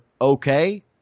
okay